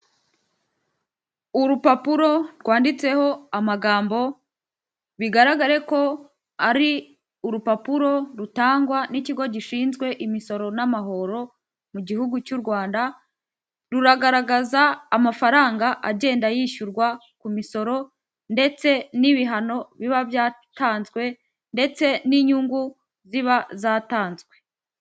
Urupapuro rwanditseho amagambo, bigaragare ko ari urupapuro rutangwa n'ikigo gishinzwe imisoro n'amahoro mu gihugu cy'u Rwanda, ruragaragaza amafaranga agenda yishyurwa ku misoro, ndetse n'ibihano biba byatanzwe, ndetse n'inyungu ziba zatanzwe.